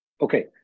Okay